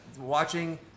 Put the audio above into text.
Watching